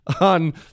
on